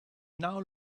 now